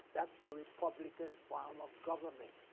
that's the republican form of government.